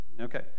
Okay